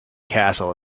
castle